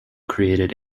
created